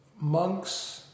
monks